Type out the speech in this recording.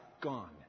gone